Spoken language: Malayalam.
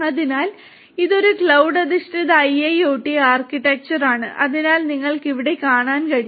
അതിനാൽ ഇത് ഒരു ക്ലൌഡ് അധിഷ്ഠിത IIoT ആർക്കിടെക്ചറാണ് അതിനാൽ നിങ്ങൾക്ക് ഇവിടെ കാണാൻ കഴിയും